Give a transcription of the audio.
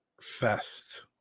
Fest